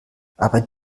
aber